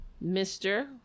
mister